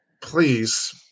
please